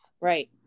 Right